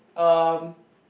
um